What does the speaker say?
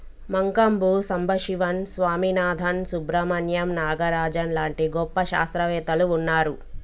మంకంబు సంబశివన్ స్వామినాధన్, సుబ్రమణ్యం నాగరాజన్ లాంటి గొప్ప శాస్త్రవేత్తలు వున్నారు